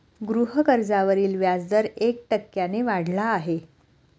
गृहकर्जावरील व्याजदर एक टक्क्याने वाढला आहे